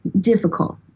difficult